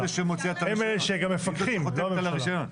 הם אלה שגם מפקחים, לא הממשלה.